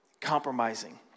Compromising